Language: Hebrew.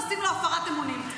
נשים לו הפרת אמונים.